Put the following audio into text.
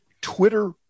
Twitter